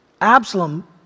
Absalom